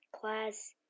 Class